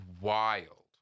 wild